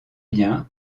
bien